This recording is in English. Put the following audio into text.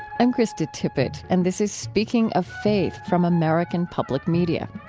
i'm krista tippett, and this is speaking of faith from american public media.